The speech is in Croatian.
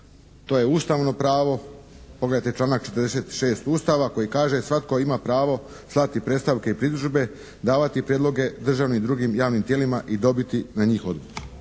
To je Ustavno pravo, pogledajte članak 46. Ustava koji kaže: "Svatko ima pravo slati predstavke i pritužbe, davati prijedloge državnim i drugim javnim tijelima i dobiti na njih odgovor."